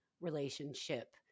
relationship